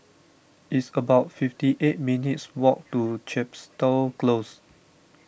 it's about fifty eight minutes' walk to Chepstow Close